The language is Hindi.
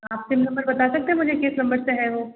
आप सिम नंबर बता सकते मुझे किस नंबर से है वो